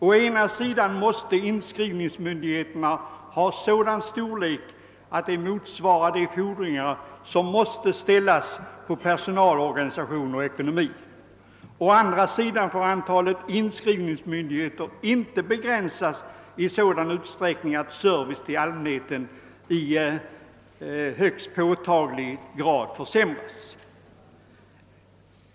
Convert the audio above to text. Å ena sidan måste inskrivningsmyndigheten ha sådan storlek att den motsvarar de fordringar som kan ställas på personalorganisation och ekonomi. Å andra sidan får antalet inskrivningsmyndigheter inte begränsas i sådan utsträckning att servicen till allmänheten i högst påtaglig grad försämras.